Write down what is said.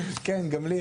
כן, גם לי.